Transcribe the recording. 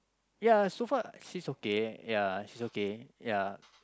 ya so far she's okay ya she's okay ya